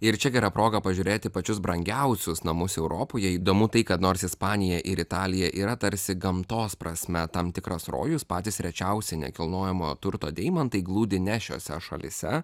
ir čia gera proga pažiūrėti pačius brangiausius namus europoje įdomu tai kad nors ispanija ir italija yra tarsi gamtos prasme tam tikras rojus patys rečiausi nekilnojamo turto deimantai glūdi ne šiose šalyse